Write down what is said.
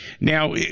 Now